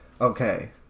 Okay